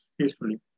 peacefully